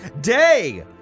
Day